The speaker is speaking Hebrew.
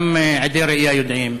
גם עדי ראייה יודעים,